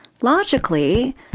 Logically